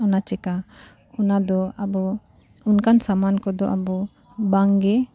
ᱚᱱᱟ ᱪᱤᱠᱟᱹ ᱚᱱᱟ ᱫᱚ ᱟᱵᱚ ᱚᱱᱠᱟᱱ ᱥᱟᱢᱟᱱ ᱠᱚᱫᱚ ᱟᱵᱚ ᱵᱟᱝᱜᱮ